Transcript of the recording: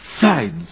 sides